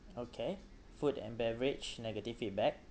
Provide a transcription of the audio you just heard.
okay food and beverage negative feedback